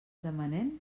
demanem